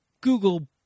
Google